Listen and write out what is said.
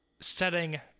setting